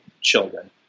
children